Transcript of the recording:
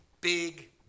big